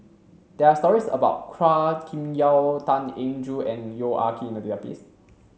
there are stories about Chua Kim Yeow Tan Eng Joo and Yong Ah Kee in the database